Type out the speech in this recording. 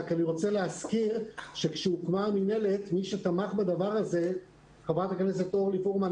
אבל אני רוצה להזכיר שכשהוקמה המינהלת חברת הכנסת פרומן,